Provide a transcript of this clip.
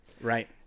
Right